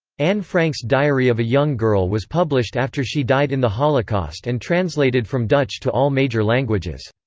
anne frank's diary of a young girl was published after she died in the holocaust and translated from dutch to all major languages.